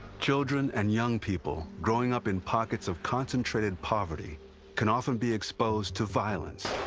children and young people growing up in pockets of concentrated poverty can often be exposed to violence